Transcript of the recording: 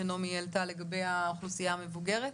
שנעמי העלתה לגבי האוכלוסייה המבוגרת?